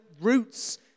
roots